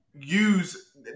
use